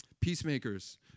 Peacemakers